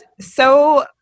so-